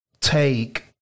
take